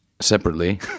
separately